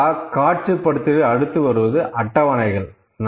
data காட்சிப் படுத்துதலில் அடுத்து வருவது அட்டவணைகள்